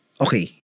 okay